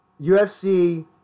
UFC